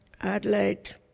Adelaide